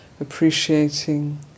appreciating